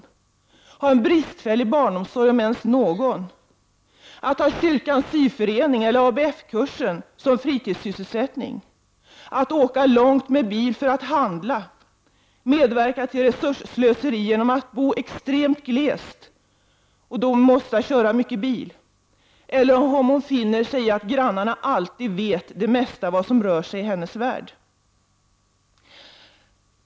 Kommer hon finna sig i att ha en bristfällig barnomsorg om ens någon, att ha kyrkans syförening eller ABF-kursen som fritidssysselsättning, att åka långt med bil för att handla, medverka till resursslöseri genom att bo extremt glest och då vara tvungen att ofta åka bil, eller kommer hon att finna sig i att grannarna alltid vet det mesta om vad som rör sig i hennes värld?